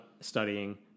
studying